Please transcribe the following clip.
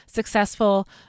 successful